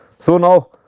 so, now,